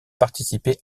participé